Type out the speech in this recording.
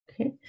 Okay